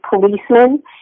policemen